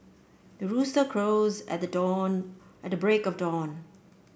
the rooster crows at the dawn at the break of dawn